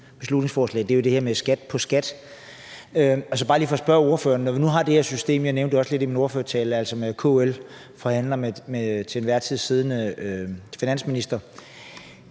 beslutningsforslag handler jo om det her med skat på skat. Jeg vil gerne spørge ordføreren: Nu har vi det her system – jeg nævnte også lidt om det i min ordførertale – med, at KL forhandler med den til enhver tid siddende finansminister.